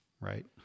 right